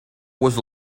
was